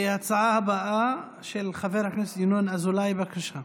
ההצעה הבאה, של חבר הכנסת ינון אזולאי, בבקשה.